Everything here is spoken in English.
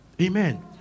Amen